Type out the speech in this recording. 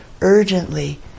urgently